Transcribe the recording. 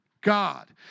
God